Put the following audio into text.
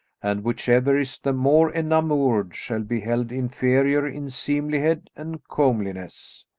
and whichever is the more enamoured shall be held inferior in seemlihead and comeliness.